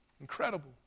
Incredible